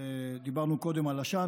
דיברנו קודם על עשן,